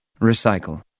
Recycle